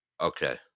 Okay